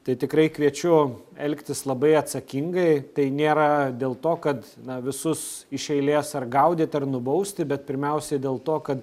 tai tikrai kviečiu elgtis labai atsakingai tai nėra dėl to kad na visus iš eilės ar gaudyt ar nubausti bet pirmiausiai dėl to kad